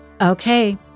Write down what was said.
Okay